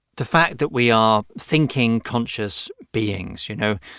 the fact that we are thinking, conscious beings, you know?